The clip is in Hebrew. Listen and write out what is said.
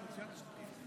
הם טרולים.